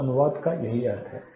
तो अनुवाद का यही अर्थ है